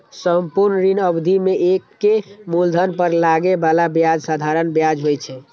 संपूर्ण ऋण अवधि मे एके मूलधन पर लागै बला ब्याज साधारण ब्याज होइ छै